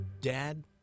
Dad